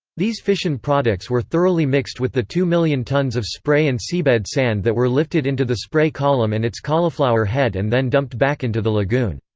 these fission products were thoroughly mixed with the two million tons of spray and seabed sand that were lifted into the spray column and its cauliflower head and then dumped back into the lagoon.